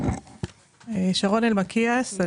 בבקשה.